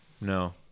No